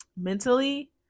mentally